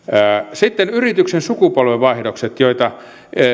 sitten yrityksen sukupolvenvaihdokset joita